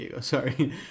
Sorry